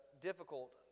difficult